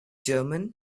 german